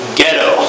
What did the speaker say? ghetto